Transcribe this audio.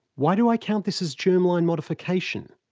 why do i count this as germline modification?